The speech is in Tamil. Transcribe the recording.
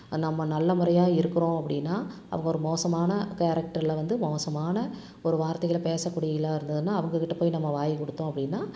நம்ம நல்ல முறையாக இருக்கிறோம் அப்படின்னா அவங்க ஒரு மோசமான கேரக்டரில் வந்து மோசமான ஒரு வார்த்தைகளை பேசக்கூடிவர்களா இருந்ததுன்னா அவங்ககிட்ட போய் நம்ம வாயைக் கொடுத்தோம் அப்படின்னா